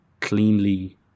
cleanly